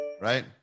right